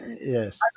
Yes